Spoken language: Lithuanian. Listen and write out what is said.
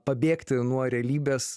pabėgti nuo realybės